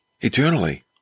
eternally